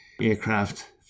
aircraft